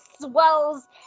swells